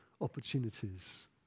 opportunities